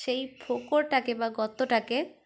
সেই ফোঁকরটাকে বা গর্তটাকে